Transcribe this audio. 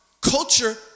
culture